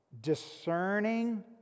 discerning